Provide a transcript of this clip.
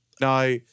Now